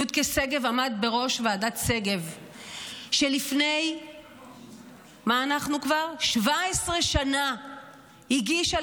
יודקה שגב עמד בראש ועדת שגב שלפני 17 שנה הגישה